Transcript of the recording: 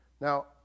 Now